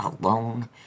alone